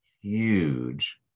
huge